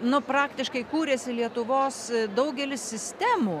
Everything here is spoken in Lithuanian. nu praktiškai kūrėsi lietuvos daugelis sistemų